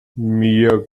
mir